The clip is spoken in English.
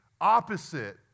opposite